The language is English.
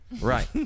Right